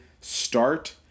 start